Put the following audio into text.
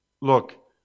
Look